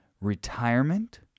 retirement